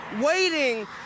waiting